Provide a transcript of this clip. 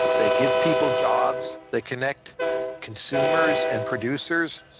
they give people jobs. they connect consumers and producers.